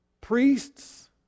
priests